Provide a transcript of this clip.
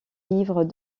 livres